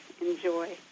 Enjoy